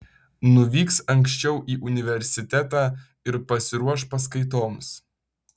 nuvyks anksčiau į universitetą ir pasiruoš paskaitoms